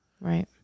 Right